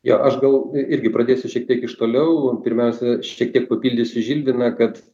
jo aš gal irgi pradėsiu šiek tiek iš toliau pirmiausia šiek tiek papildysiu žilviną kad